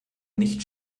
nicht